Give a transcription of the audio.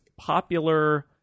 popular